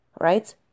right